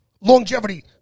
longevity